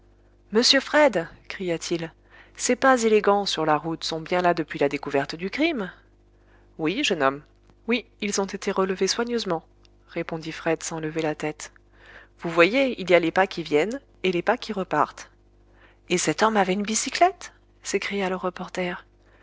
monsieur fred cria-t-il ces pas élégants sur la route sont bien là depuis la découverte du crime oui jeune homme oui ils ont été relevés soigneusement répondit fred sans lever la tête vous voyez il y a les pas qui viennent et les pas qui repartent et cet homme avait une bicyclette s'écria le reporter